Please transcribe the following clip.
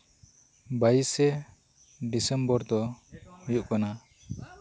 ᱵᱟᱹᱭᱤᱥᱮ December ᱫᱚ ᱦᱩᱭᱩᱜ ᱠᱟᱱᱟ